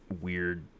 weird